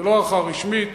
זו לא הערכה רשמית.